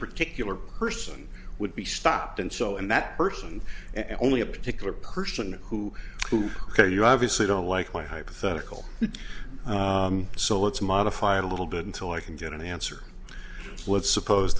particular person would be stopped and so and that person only a particular person who ok you obviously don't like my hypothetical so let's modify it a little bit until i can get an answer let's suppose